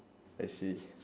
I see